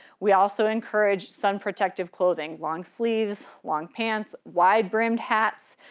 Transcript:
we also encourage sun protective clothing. long sleeves, long pants, wide brimmed hats.